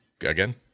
again